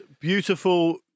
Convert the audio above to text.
beautiful